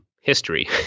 history